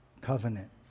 covenant